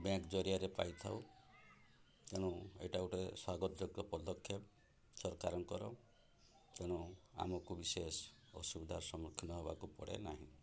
bank ଜରିଆରେ ପାଇଥାଉ ତେଣୁ ଏଇଟା ଗୋଟେ ସ୍ୱାଗତ୍ୟ ପଦକ୍ଷେପ ସରକାରଙ୍କର ତେଣୁ ଆମକୁ ବିଶେଷ ଅସୁବିଧାର ସମ୍ମୁଖୀନ ହେବାକୁ ପଡ଼େ ନାହିଁ